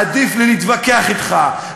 עדיף להתווכח אתך,